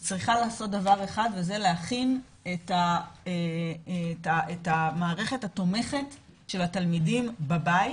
יש להכין את המערכת התומכת של התלמידים בבית